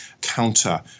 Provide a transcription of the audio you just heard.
counter